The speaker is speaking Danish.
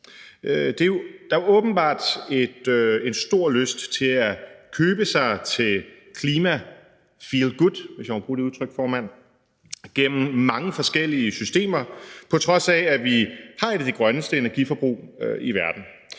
Der er åbenbart en stor lyst til at købe sig til klimagoodwill – hvis jeg må bruge det udtryk, formand – gennem mange forskellige systemer, på trods af at vi har et af de grønneste energiforbrug i verden.